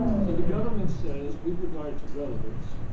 so the government says with regard to relevance,